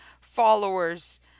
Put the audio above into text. followers